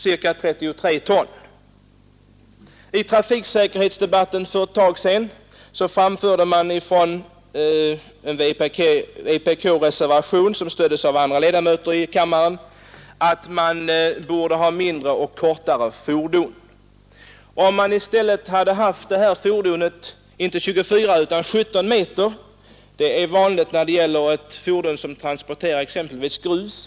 Från en tidigare trafiksäkerhetsdebatt i kammaren minns vi att man i en vpk-reservation, som stöddes även av andra ledamöter av kammaren, förordade att vi skulle övergå till kortare och därmed mindre fordon på våra vägar. Låt oss anta att detta fordon som jag visar på bilden haft en längd av 17 meter och inte 24 meter. 17 meter är faktiskt en ganska vanlig längd på fordon som transporterar exempelvis grus.